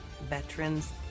veterans